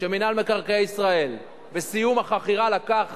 שמינהל מקרקעי ישראל בסיום החכירה לקח